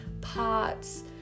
pots